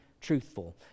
truthful